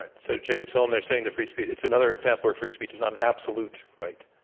but so jacob sullum, they're saying the free speech it's another example, or free speech is not an absolute right.